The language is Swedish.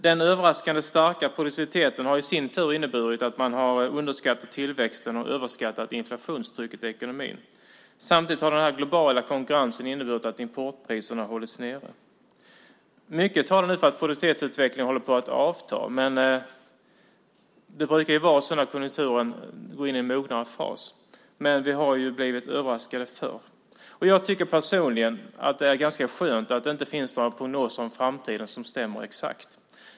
Den överraskande starka produktiviteten har i sin tur inneburit att man har underskattat tillväxten och överskattat inflationstrycket i ekonomin. Samtidigt har den globala konkurrensen inneburit att importpriserna hållits nere. Mycket talar nu för att produktivitetsutvecklingen håller på att avta. Det brukar ju vara så när konjunkturen går in i en mognare fas, men vi har ju blivit överraskade förr. Jag tycker personligen att det är ganska skönt att det inte finns några prognoser om framtiden som stämmer exakt.